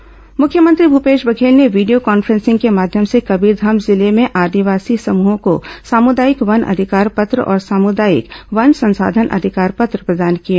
one अधिकार पत्र मुख्यमंत्री भूपेश बघेल ने वीडियो कॉन्फ्रेंसिंग के माध्यम से कबीरघाम जिले में आदिवासी समूहों को सामुदायिक वन अधिकार पत्र और सामुदायिक वन संसाधन अधिकार पत्र प्रदान किए